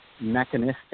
mechanistic